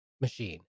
machine